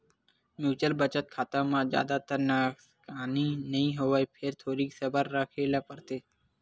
mutual बचत खाता म जादातर नसकानी नइ होवय फेर थोरिक सबर राखे ल परथे